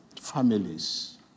Families